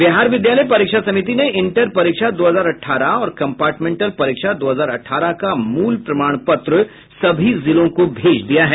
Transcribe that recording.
बिहार विद्यालय परीक्षा समिति ने इंटर परीक्षा दो हजार अठारह और कंपार्टमेंटल परीक्षा दो हजार अठारह का मूल प्रमाण पत्र सभी जिलों को भेज दिया है